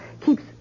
keeps